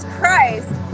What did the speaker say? Christ